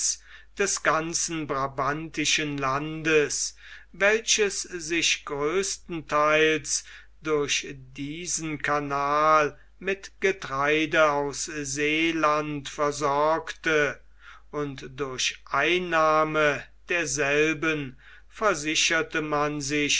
des ganzen brabantischen landes welches sich größtenteils durch diesen canal mit getreide aus seeland versorgte und durch einnahme derselben versicherte man sich